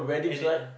edit lah